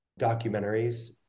documentaries